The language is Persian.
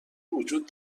وجود